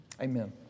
Amen